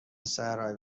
صحرایی